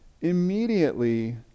immediately